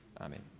amen